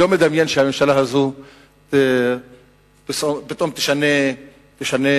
אני לא מדמיין שהממשלה הזאת פתאום תשנה פרצוף,